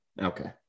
okay